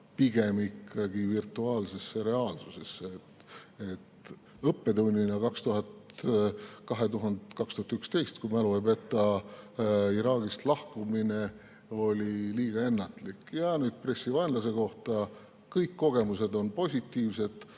pigem ikkagi virtuaalsesse reaalsusesse. Õppetunnina: 2011, kui mu mälu ei peta, Iraagist lahkumine oli liiga ennatlik. Ja nüüd pressivaenlase kohta. Kõik kogemused on positiivsed,